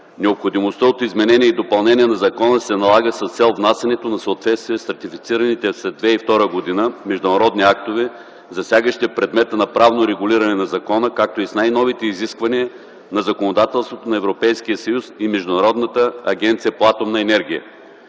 Необходимостта от изменение и допълнение на закона се налага с цел внасянето на съответствие с ратифицираните след 2001г. международни актове, засягащи предмета на правно регулиране на закона, както и с най-новите изисквания на